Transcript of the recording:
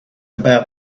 about